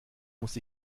muss